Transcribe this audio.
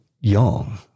young